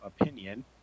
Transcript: opinion